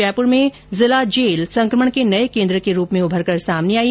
जयपुर में जिला जेल संकमण के नये केन्द्र के रूप में उभरकर सामने आई है